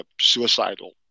suicidal